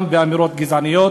גם באמירות גזעניות